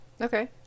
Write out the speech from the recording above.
Okay